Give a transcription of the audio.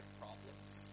problems